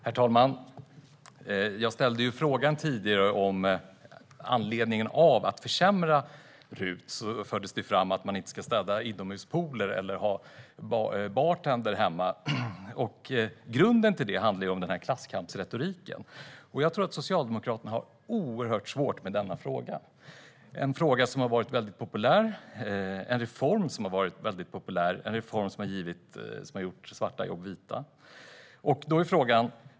Herr talman! Jag ställde frågan tidigare om anledningen till att försämra RUT, och då fördes det fram att man inte ska städa inomhuspooler eller ha bartender hemma. Grunden till det är den här klasskampsretoriken. Jag tror att Socialdemokraterna har oerhört svårt med denna fråga. Det är en reform som har varit mycket populär och som har gjort svarta jobb vita.